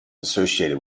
associated